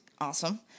awesome